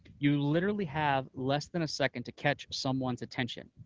you literally have less than a second to catch someone's attention,